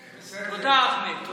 תודה, אחמד.